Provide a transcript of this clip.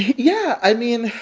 yeah. i mean,